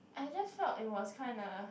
I just felt it was kinda